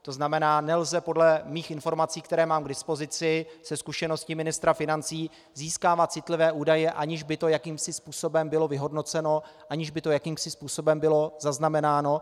To znamená, nelze podle mých informací, které mám k dispozici ze zkušenosti ministra financí, získávat citlivé údaje, aniž by to jakýmsi způsobem nebylo vyhodnoceno, aniž by to jakýmsi způsobem nebylo zaznamenáno.